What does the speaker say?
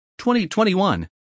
2021